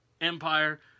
empire